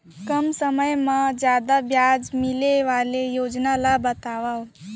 कम समय मा जादा ब्याज मिले वाले योजना ला बतावव